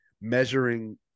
measuring